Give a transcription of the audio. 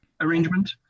arrangement